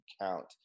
count